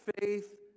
faith